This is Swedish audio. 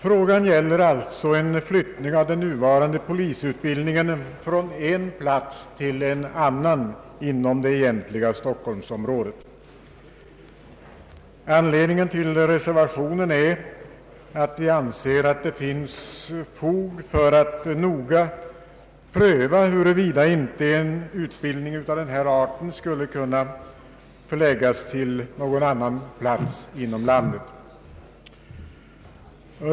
Frågan gäller alltså en flyttning av den nuvarande polisutbildningen från en plats till en annan inom det egentliga Stockholmsområdet. Anledningen till reservationen är att vi anser att det finns fog för att noga pröva huruvida inte en utbildning av den här arten skulle kunna förläggas till någon annan plats i landet.